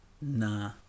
Nah